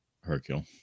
Hercule